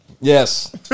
Yes